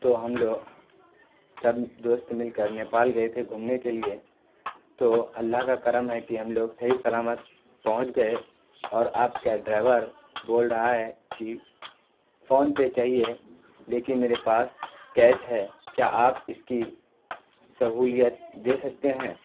تو ہم لوگ سب دوست مل کر نیپال گیے تھے گھومنے کے لیے تو اللہ کا کرم ہے کی ہم لوگ صحیح سلامت پہنچ گیے اور آپ کا ڈرائیور بول رہا ہے کی فونپے چاہیے لیکن میرے پاس کیش ہے کیا آپ اس کی سہولت دے سکتے ہیں